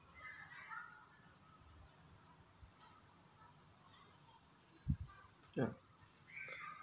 ya